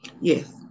yes